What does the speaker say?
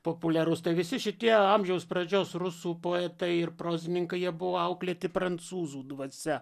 populiarus tai visi šitie amžiaus pradžios rusų poetai ir prozininkai jie buvo auklėti prancūzų dvasia